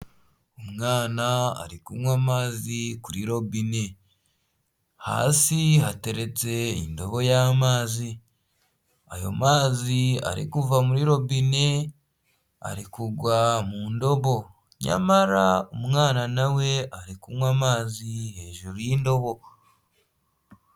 Umwana ari kunywa amazi kuri robine, hasi hateretse indobo y'amazi, ayo mazi ari kuva muri robine ari kugwa mu ndobo, nyamara umwana nawe we ari kunywa amazi hejuru y'indobo.